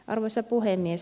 arvoisa puhemies